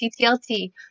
ttlt